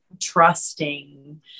trusting